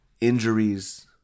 injuries